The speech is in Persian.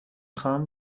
خواهم